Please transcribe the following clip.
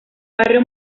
barrio